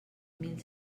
mil